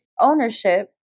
ownership